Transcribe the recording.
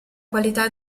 qualità